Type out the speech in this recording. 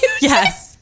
Yes